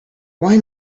why